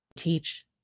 teach